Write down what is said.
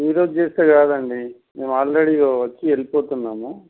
ఈరోజు చేస్తే కాదండి మేము ఆల్రెడీ వచ్చి వెళ్ళిపోతున్నాము